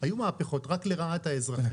היו מהפכות רק לרעת האזרחים.